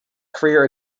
career